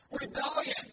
Rebellion